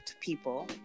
people